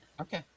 Okay